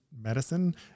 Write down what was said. medicine